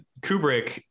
Kubrick